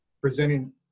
presenting